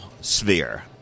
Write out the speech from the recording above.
sphere